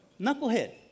Knucklehead